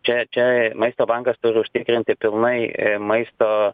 čia čia maisto bankas turi užtikrinti pilnai maisto